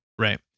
Right